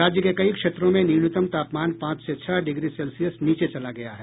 राज्य के कई क्षेत्रों में न्यूनतम तापमान पांच से छह डिग्री सेल्सियस नीचे चला गया है